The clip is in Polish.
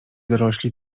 dorośli